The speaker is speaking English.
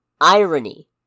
Irony